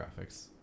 graphics